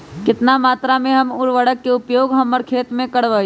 कितना मात्रा में हम उर्वरक के उपयोग हमर खेत में करबई?